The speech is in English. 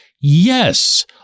Yes